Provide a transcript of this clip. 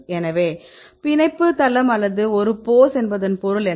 எனவே பிணைப்பு தளம் அல்லது ஒரு போஸ் என்பதன் பொருள் என்ன